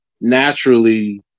naturally